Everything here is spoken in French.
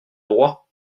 droit